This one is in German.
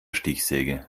stichsäge